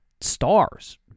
stars